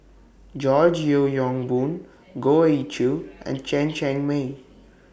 George Yeo Yong Boon Goh Ee Choo and Chen Cheng Mei